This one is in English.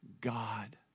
God